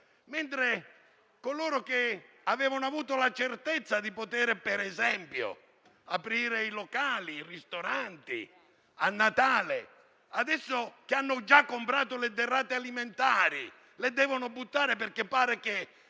mentre coloro che hanno avuto la certezza di poter aprire i locali e i ristoranti a Natale, e hanno già comprato le derrate alimentari, le devono buttare perché pare che